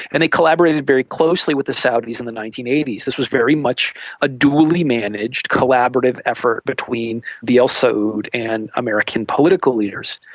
and they collaborated very closely with the saudis in the nineteen eighty s. this was very much a dually managed collaborative effort between the al saud and american political leaders.